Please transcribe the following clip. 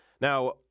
Now